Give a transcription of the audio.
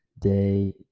day